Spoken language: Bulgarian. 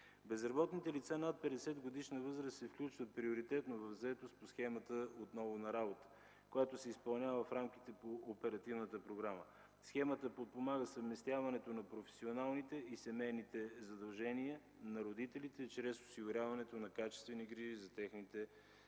Безработните лица над 50-годишна възраст се включват приоритетно в заетост по схемата „Отново на работа”, която се изпълнява в рамките на оперативната програма. Схемата подпомага съвместяването на професионалните и семейните задължения на родителите чрез осигуряването на качествени грижи за техните деца.